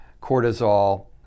cortisol